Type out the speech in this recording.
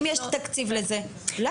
אם יש תקציב לזה, למה?